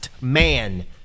man